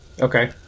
Okay